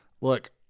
look